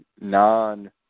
non